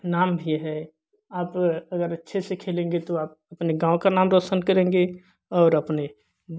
नाम भी है आप अगर अच्छे से खेलेंगे तो आप अपने गाँव का नाम रौशन करेंगे और अपने